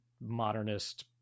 modernist